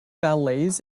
ballets